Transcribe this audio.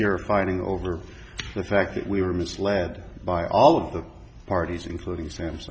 here are fighting over the fact that we were misled by all of the parties including s